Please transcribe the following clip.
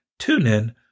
TuneIn